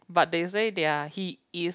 but they say they are he is